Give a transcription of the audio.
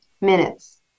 minutes